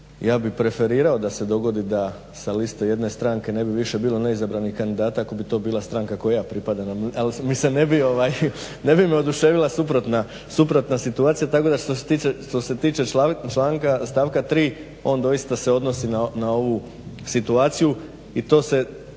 ja bih preferirao da se dogodi da sa liste jedne stranke ne bi više bilo neizabranih kandidata ako bi to bila stranka kojoj ja pripadam ali ne bi me oduševila suprotna situacija tako da što se tiče članka, stavka 3. on doista se odnosi na ovu situaciju i to se,